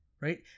right